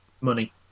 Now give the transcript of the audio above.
money